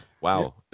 Wow